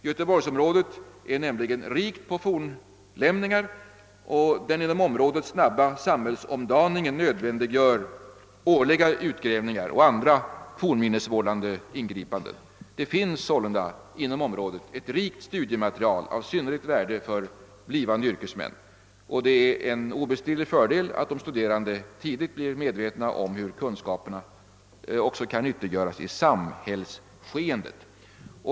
Göteborgsområdet är nämligen rikt på fornlämningar, och den inom området snabba samhällsomdaningen mnödvändiggör årliga utgrävningar och andra fornminnesvårdande ingripanden. Det finns således inom området ett rikt studiematerial av synnerligt värde för blivande yrkesmän, och det är en obestridlig fördel att de studerande tidigt blir medvetna om hur kunskaperna också kan nyttiggöras i samhällskeendet.